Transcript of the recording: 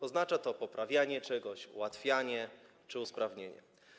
Oznacza to poprawianie czegoś, ułatwianie czy usprawnianie.